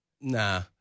Nah